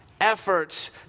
efforts